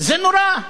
זה נורא.